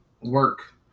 work